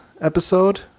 episode